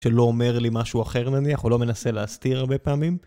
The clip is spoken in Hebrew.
שלא אומר לי משהו אחר נניח, או לא מנסה להסתיר הרבה פעמים.